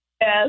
Yes